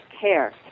care